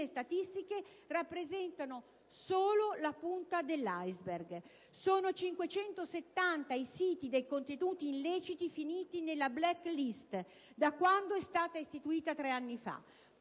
statistiche rappresentano solo la punta dell'*iceberg*. Sono 570 i siti dai contenuti illeciti finiti nella *black list* da quando è stata istituita tre anni fa.